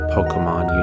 Pokemon